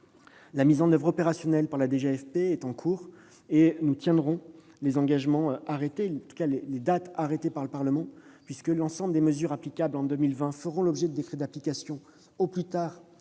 et de la fonction publique est en cours, et nous respecterons les dates arrêtées par le Parlement, puisque l'ensemble des mesures applicables en 2020 feront l'objet de décrets d'application au plus tard